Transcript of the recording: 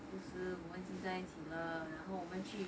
不是我们已经在一起了然后我们去